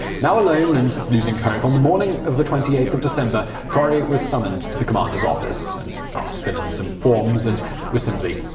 now alone, and losing hope, on the morning of the twenty eighth of december, corrie was summoned to the commander's office, and asked to fill in some forms and was simply,